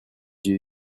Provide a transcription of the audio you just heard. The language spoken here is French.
yeux